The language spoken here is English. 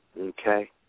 Okay